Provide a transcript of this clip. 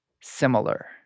similar